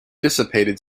dissipated